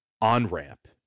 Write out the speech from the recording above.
on-ramp